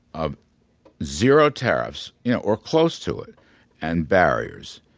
of zero tariffs yeah or close to it and barriers,